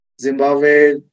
Zimbabwe